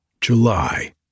July